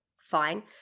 Fine